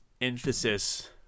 emphasis